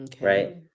right